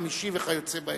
חמישי וכיוצא באלה.